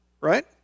right